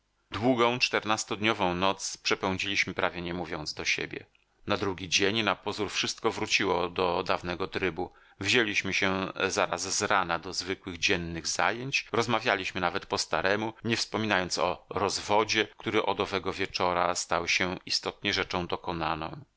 długą czternastodniową noc przepędziliśmy prawie nie mówiąc do siebie na drugi dzień na pozór wszystko wróciło do dawnego trybu wzięliśmy się zaraz zrana do zwykłych dziennych zajęć rozmawialiśmy nawet po staremu nie wspominając o rozwodzie który od owego wieczora stał się istotnie rzeczą dokonaną